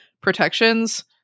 protections